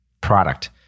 product